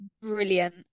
brilliant